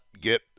get